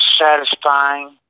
satisfying